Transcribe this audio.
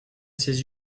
ces